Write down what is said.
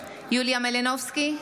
יוליה מלינובסקי,